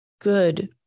good